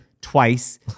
twice